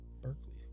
Berkeley